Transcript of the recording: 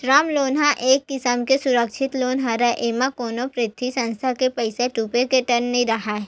term loan ह एक किसम के सुरक्छित लोन हरय एमा कोनो बित्तीय संस्था के पइसा डूबे के डर नइ राहय